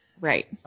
Right